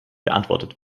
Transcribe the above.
beantwortet